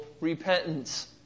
repentance